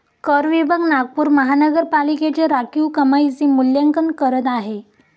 कर विभाग नागपूर महानगरपालिकेच्या राखीव कमाईचे मूल्यांकन करत आहे